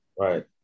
Right